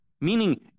Meaning